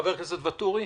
חבר הכנסת ואטורי.